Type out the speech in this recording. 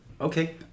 Okay